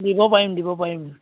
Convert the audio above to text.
দিব পাৰিম দিব পাৰিম